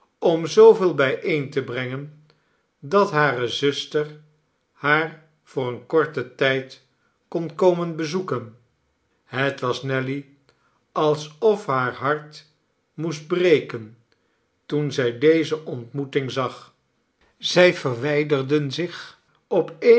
om zooveel bijeen te brengen dat hare zuster haar voor een korten tijd kon komen bezoeken het was nelly alsof haar hart moest breken toen zij deze ontmoeting zag zij verwijderden zich op